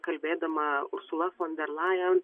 kalbėdama ursula fon der lajen